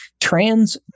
trans